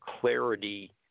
clarity